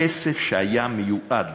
הכסף שהיה מיועד